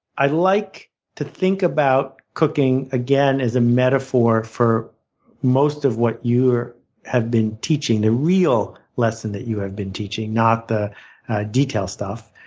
i like to think about cooking, again, as a metaphor for most of what you have been teaching the real lesson that you have been teaching, not the decal stuff.